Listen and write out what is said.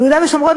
ביהודה ושומרון,